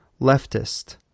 leftist